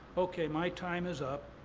okay, my time is up.